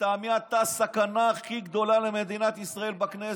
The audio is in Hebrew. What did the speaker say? לטעמי אתה הסכנה הכי גדולה למדינת ישראל בכנסת,